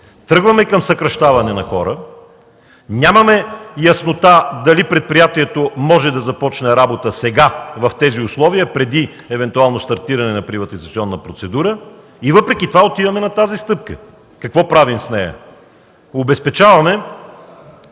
тръгваме към съкращаване на хора, нямаме яснота дали предприятието може да започне работа сега, в тези условия, преди евентуално стартиране на приватизационна процедура и въпреки това отиваме на тази стъпка!? Какво правим с нея? Обезпечаваме